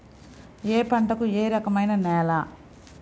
ఏ పంటకు ఏ రకమైన నేల?